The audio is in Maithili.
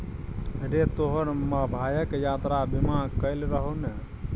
रे तोहर भायक यात्रा बीमा कएल रहौ ने?